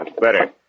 better